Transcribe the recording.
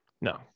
No